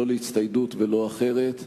לא להצטיידות ולא אחרת.